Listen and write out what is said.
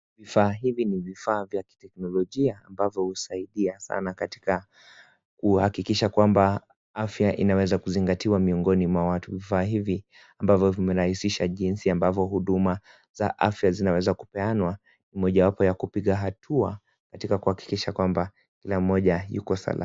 Vifaa hivi ni vifaa vya kiteknolojia ambazo husaidia sana katika kuhakikisha kwamba afya inaweza kuzingatiwa miongoni mwa watu. Vifaa hivi ambavyo vimerahisisha jinsi ambavo Huduma za afya zinaweza kupeanwa, mojawapo ya kupiga hatua katika kuhakikisha kwamba kila mmoja Yuko salama.